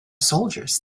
soldiers